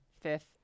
fifth